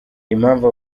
impamvu